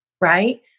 right